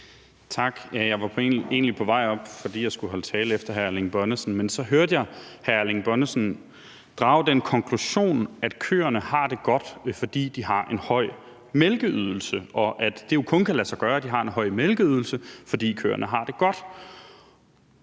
Tak. Jeg var egentlig på vej op, fordi jeg skulle holde ordførertale efter hr. Erling Bonnesen, men så hørte jeg hr. Erling Bonnesen drage den konklusion, at køerne har det godt, fordi de har en høj mælkeydelse, og at det jo kun kan lade sig gøre, at køerne har en høj mælkeydelse, fordi de har det godt.